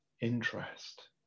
interest